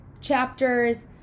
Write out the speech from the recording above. chapters